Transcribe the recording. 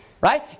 Right